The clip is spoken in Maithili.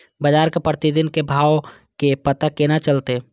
बजार के प्रतिदिन के भाव के पता केना चलते?